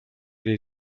did